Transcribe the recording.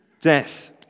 death